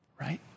right